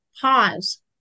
pause